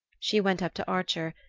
she went up to archer,